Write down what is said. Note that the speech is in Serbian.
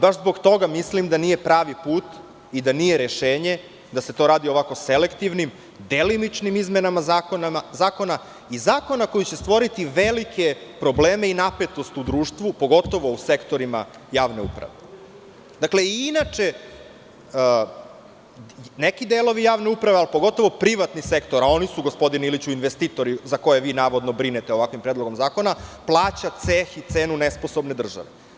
Baš zbog toga mislim da nije pravi put i da nije rešenje da se to radi ovako selektivnim, delimičnim izmenama zakona i zakona koji će stvoriti velike probleme i napetost u društvu, pogotovo u sektorima javne uprave i inače neki delovi javnih uprava, pogotovo privatnih sektora, a oni su, gospodine Iliću, investitori za koje navodno brinete ovakvim predlogom zakona, plaća ceh i cenu nesposobne države.